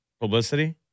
publicity